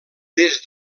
des